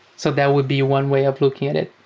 so that would be one way of looking at it.